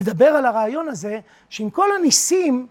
לדבר על הרעיון הזה, שעם כל הניסים...